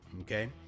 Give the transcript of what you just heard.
Okay